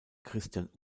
christian